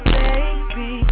baby